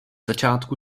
začátku